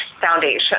Foundation